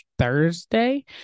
thursday